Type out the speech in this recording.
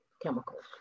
chemicals